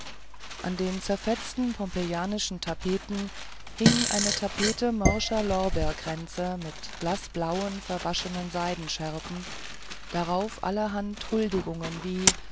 an den zerfetzten pompejanischen tapeten hing eine tapete morscher lorbeerkränze mit blaßblauen verwaschenen seidenschärpen darauf allerhand huldigungen wie